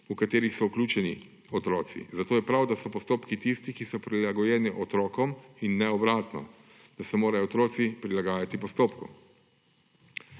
v katere so vključeni otroci, zato je prav, da so postopki tisti, ki so prilagojeni otrokom in ne obratno – da se morajo otroci prilagajati postopku.